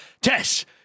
Tess